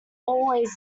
always